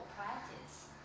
practice